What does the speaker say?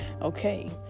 okay